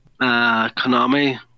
Konami